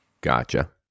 Gotcha